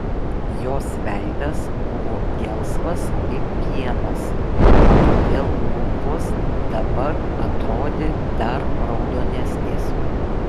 jos veidas buvo gelsvas kaip pienas todėl lūpos dabar atrodė dar raudonesnės